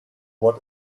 what